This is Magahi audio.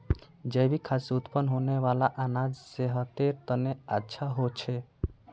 जैविक खाद से उत्पन्न होने वाला अनाज सेहतेर तने अच्छा होछे